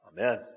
Amen